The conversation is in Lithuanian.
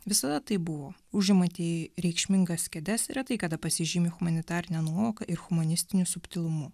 visada tai buvo užimantieji reikšmingas kėdes retai kada pasižymi humanitarine nuovoka ir humanistiniu subtilumu